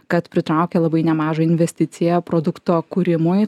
kad pritraukė labai nemažą investiciją produkto kūrimui